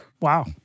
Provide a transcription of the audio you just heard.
Wow